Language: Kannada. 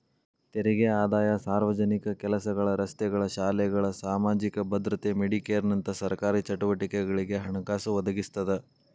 ತೆರಿಗೆ ಆದಾಯ ಸಾರ್ವಜನಿಕ ಕೆಲಸಗಳ ರಸ್ತೆಗಳ ಶಾಲೆಗಳ ಸಾಮಾಜಿಕ ಭದ್ರತೆ ಮೆಡಿಕೇರ್ನಂತ ಸರ್ಕಾರಿ ಚಟುವಟಿಕೆಗಳಿಗೆ ಹಣಕಾಸು ಒದಗಿಸ್ತದ